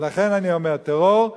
ולכן אני אומר: טרור,